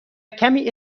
کمی